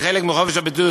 כחלק מחופש הביטוי,